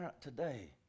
today